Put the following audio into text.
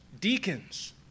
deacons